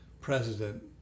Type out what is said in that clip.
president